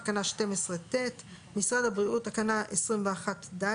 תקנה 12(ט)